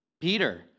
Peter